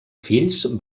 fills